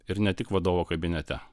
ir ne tik vadovo kabinete